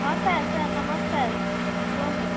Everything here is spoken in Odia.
ହଁ ସାର୍ ସାର୍ ନମସ୍କାର କୁହନ୍ତୁ